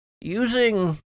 using